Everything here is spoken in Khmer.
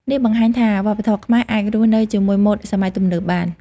នេះបង្ហាញថាវប្បធម៌ខ្មែរអាចរស់នៅជាមួយម៉ូដសម័យទំនើបបាន។